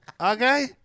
Okay